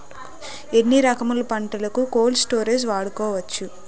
ఎన్ని రకములు పంటలకు కోల్డ్ స్టోరేజ్ వాడుకోవచ్చు?